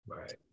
Right